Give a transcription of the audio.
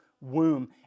womb